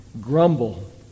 grumble